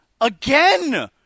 again